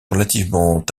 relativement